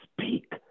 speak